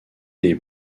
les